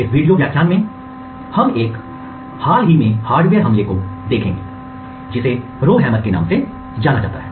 इस वीडियो व्याख्यान में एक हालिया हार्डवेयर हमले को देखेंगे जिसे रो हैमर के नाम से जानते हैं